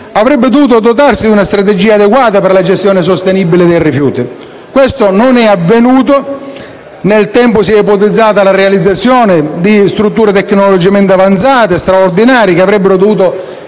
avrebbe dovuto dotarsi di una strategia adeguata per la gestione sostenibile dei rifiuti. Questo non è avvenuto; nel tempo si è ipotizzata la realizzazione di strutture tecnologicamente avanzate e straordinarie che avrebbero dovuto